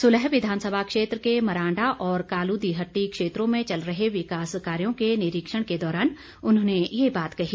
सुल्ह विधानसभा क्षेत्र के मरांडा और कालू दी हटटी क्षेत्रों में चल रहे विकास कार्यों के निरीक्षण के दौरान उन्होंने ये बात कही